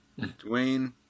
Dwayne